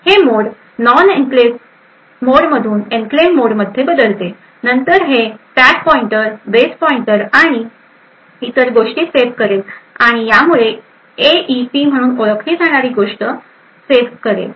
हे mode non enclave मोडमधून enclave मोडमध्ये बदलते नंतर हे स्टॅक पॉईंटर बेस पॉईंटर आणि इतर गोष्टी सेव करेल आणि यामुळे एईपी म्हणून ओळखली जाणारी गोष्ट सेव करेल